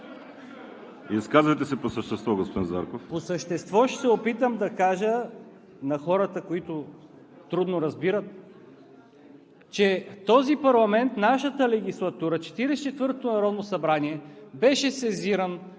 Изказвайте се по същество, господин Зарков. КРУМ ЗАРКОВ: По същество ще се опитам да кажа на хората, които трудно разбират, че този парламент, нашата легислатура, Четиридесет и четвъртото народно събрание, беше сезирано